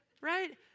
right